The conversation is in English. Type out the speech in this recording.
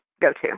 go-to